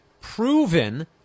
proven